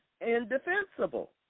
indefensible